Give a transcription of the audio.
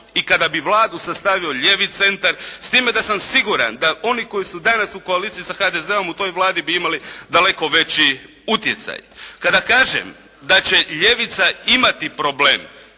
i kada bi Vladu sastavio lijevi centar, s time da sam siguran da oni koji su danas u koaliciji sa HDZ-om u toj Vladi bi imali daleko veći utjecaj. Kada kažem da će ljevica imati problem